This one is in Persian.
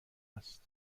است